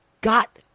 got